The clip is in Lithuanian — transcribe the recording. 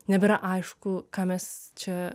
nebėra aišku ką mes čia